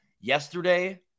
Yesterday